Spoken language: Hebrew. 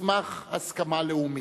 תצמח הסכמה לאומית.